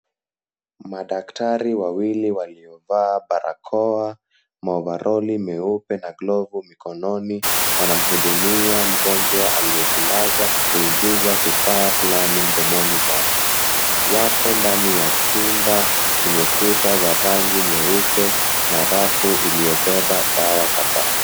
Madaktari wawili waliovaa barakoa, maovaroli meupe na glovu mikononi wanamhudumia mgonjwa aliyejilaza kwa kuingiza kifaa fulani mdomoni mwake, wako ndani ya chumba chenye kuta za rangi nyeupe na rafu iliyobeba dawa kadhaa.